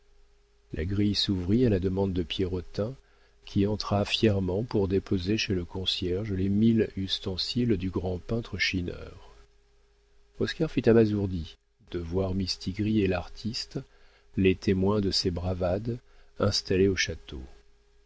la grille s'ouvrit à la demande de pierrotin qui entra fièrement pour déposer chez le concierge les mille ustensiles du grand peintre schinner oscar fut abasourdi de voir mistigris et l'artiste les témoins de ses bravades installés au château